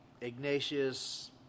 Ignatius